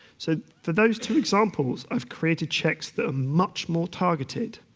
so, for those two examples, i've created checks that are much more targeted.